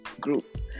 group